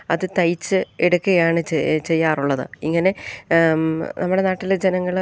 അത് തയ്ച്ച് എടുക്കുകയാണ് ചെയ്യാറുള്ളത് ഇങ്ങനെ നമ്മുടെ നാട്ടിലെ ജനങ്ങൾ